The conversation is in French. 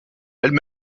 elles